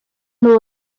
nhw